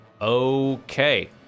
okay